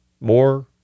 more